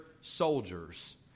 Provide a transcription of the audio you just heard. soldiers